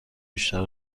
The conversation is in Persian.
بیشتر